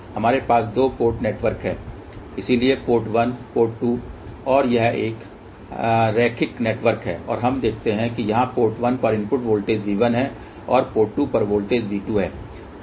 तो यहाँ हमारे पास 2 पोर्ट नेटवर्क है इसलिए पोर्ट 1 पोर्ट 2 और यह एक रैखिक नेटवर्क है और हम देखते हैं कि यहाँ पोर्ट 1 पर इनपुट वोल्टेज V1 है और पोर्ट 2 पर वोल्टेज V2 है